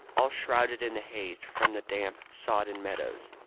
all shrouded in the haze from the damp, sodden meadows.